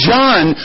John